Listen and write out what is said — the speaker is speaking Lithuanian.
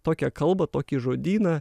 tokią kalbą tokį žodyną